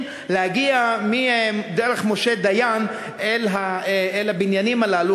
להגיע מדרך משה דיין אל הבניינים האלו,